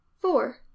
four